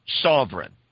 Sovereign